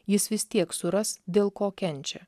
jis vis tiek suras dėl ko kenčia